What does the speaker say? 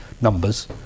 numbers